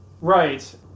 Right